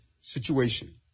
situation